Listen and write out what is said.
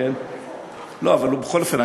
בכל אופן,